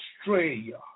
Australia